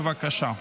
בבקשה.